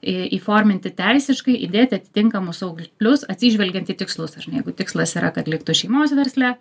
į įforminti teisiškai įdėti atitinkamus saugiklius atsižvelgiant į tikslus ar ne jeigu tikslas yra kad liktų šeimos versle